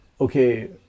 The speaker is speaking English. okay